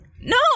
No